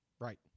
Right